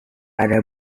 ada